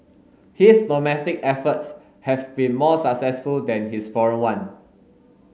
his domestic efforts have been more successful than his foreign one